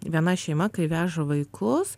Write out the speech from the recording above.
viena šeima kai veža vaikus